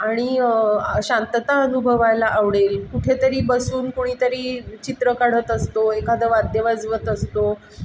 आणि शांतता अनुभवायला आवडेल कुठेतरी बसून कोणीतरी चित्र काढत असतो एखादं वाद्य वाजवत असतो